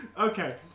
Okay